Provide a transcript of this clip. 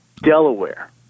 Delaware